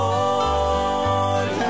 Lord